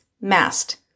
Mast